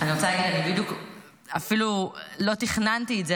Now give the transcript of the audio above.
אני רוצה להגיד, אני אפילו לא תכננתי את זה.